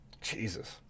Jesus